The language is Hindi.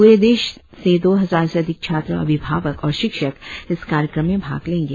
पूरे देश से दो हजार से अधिक छात्र अभिभावक और शिक्षक इस कार्यक्रम में भाग लेंगे